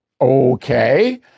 Okay